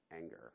anger